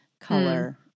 color